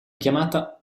chiamata